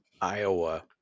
Iowa